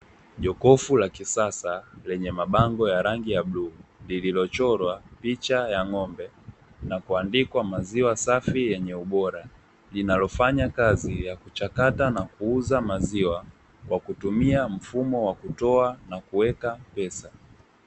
Jokofu la kisasa lenye mabango ya rangi ya bluu lililo chorwa picha ya ng'ombe na kuandikwa maziwa safi yenye ubora, Linalo fanya kazi ya kuchakata na kuuza maziwa kwa kutumia mfumo wa kutoa na kuweka pesa.